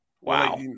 Wow